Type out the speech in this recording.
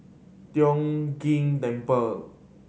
Tiong Ghee Temple